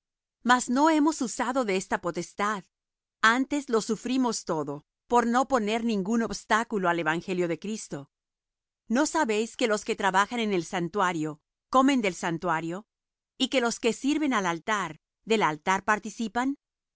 mas no hemos usado de esta potestad antes lo sufrimos todo por no poner ningún obstáculo al evangelio de cristo no sabéis que los que trabajan en el santuario comen del santuario y que los que sirven al altar del altar participan